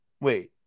wait